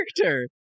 character